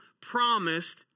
promised